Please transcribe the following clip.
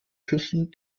küssen